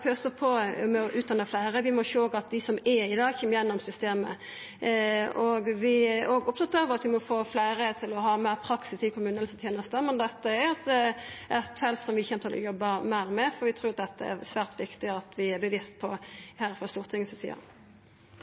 kø på LIS1-stillingar. Vi kan ikkje berre pøsa på med å utdanna fleire, vi må òg sjå at dei som er der i dag, kjem gjennom systemet. Vi er òg opptatt av at vi må få fleire til å ha meir praksis i kommunehelsetenesta. Dette er eit felt vi kjem til å arbeida meir med, for vi trur det er svært viktig at vi er bevisste på det frå Stortinget si side.